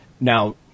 Now